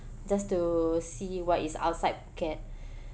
just to see what is outside phuket